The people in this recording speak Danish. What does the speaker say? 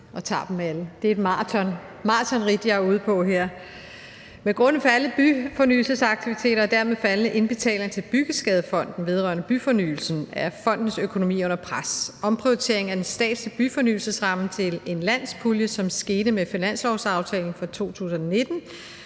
og tager dem alle – det er et maratonridt, jeg er ude på her. Grundet faldende byfornyelsesaktiviteter og dermed faldende indbetalinger til Byggeskadefonden vedrørende Bygningsfornyelse er fondens økonomi under pres. Omprioriteringen af den statslige byfornyelsesramme til en landspulje, som skete med finanslovsaftalen for 2019,